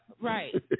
Right